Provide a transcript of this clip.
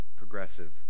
progressive